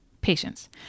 patience